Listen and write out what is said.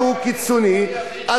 אז אם יש משהו קיצוני,